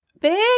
Big